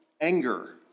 anger